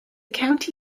county